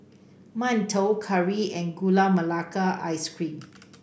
mantou curry and Gula Melaka Ice Cream